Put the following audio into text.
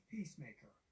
Peacemaker